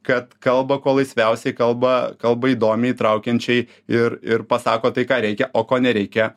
kad kalba kuo laisviausiai kalba kalba įdomiai įtraukiančiai ir ir pasako tai ką reikia o ko nereikia